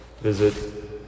visit